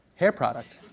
hair product.